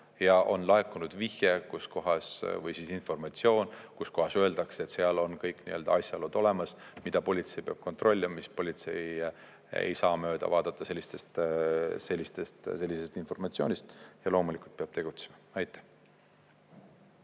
ja on laekunud vihje või informatsioon, kus öeldakse, et seal on kõik asjaolud olemas, mida politsei peab kontrollima, siis politsei ei saa mööda vaadata sellisest informatsioonist ja peab loomulikult tegutsema. Aitäh!